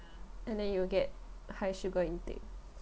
and then you'll get high sugar intake